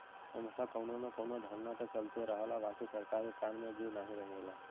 हमेशा कउनो न कउनो धरना त चलते रहला बाकि सरकार के कान में जू नाही रेंगला